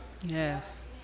Yes